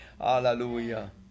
Hallelujah